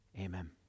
Amen